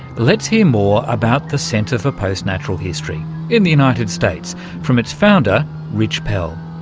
let's hear more about the centre for postnatural history in the united states from its founder rich pell.